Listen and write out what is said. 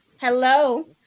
Hello